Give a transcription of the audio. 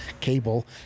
cable